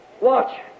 Watch